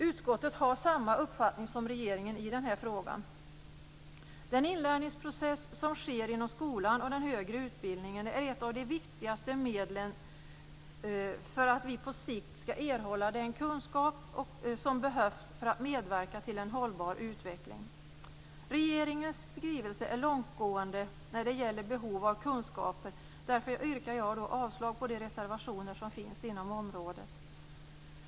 Utskottet har samma uppfattning som regeringen i den här frågan. Den inlärningsprocess som sker inom skolan och inom den högre utbildningen är ett av de viktigaste medlen för att vi på sikt skall erhålla den kunskap som behövs för att medverka till en hållbar utveckling. Regeringens skrivelse är långtgående när det gäller behov av kunskaper. Därför yrkar jag avslag på de reservationer som finns inom området.